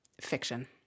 Fiction